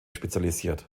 spezialisiert